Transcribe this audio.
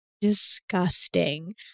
disgusting